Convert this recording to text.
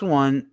one